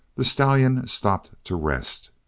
the stallion stopped to rest.